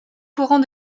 courant